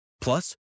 Plus